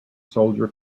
soldier